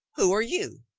who are you?